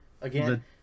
again